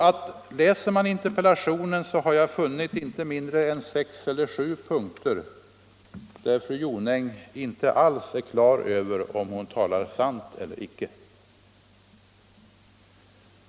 Jag har funnit inte mindre än sex eller sju punkter, där fru Jonäng inte är klar över om hon talar sanning eller inte.